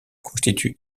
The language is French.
constitue